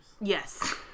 yes